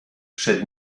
przed